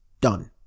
done